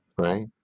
right